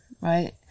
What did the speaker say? right